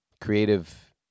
Creative